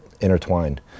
intertwined